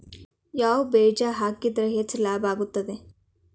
ಯಾವ ಬೇಜ ಹಾಕಿದ್ರ ಹೆಚ್ಚ ಲಾಭ ಆಗುತ್ತದೆ?